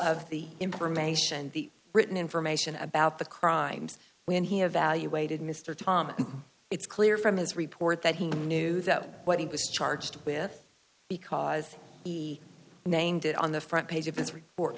of the information and the written information about the crimes when he evaluated mr tom and it's clear from his report that he knew that what he was charged with because the name did on the front page of his report